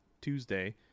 Tuesday